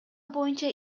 боюнча